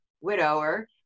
widower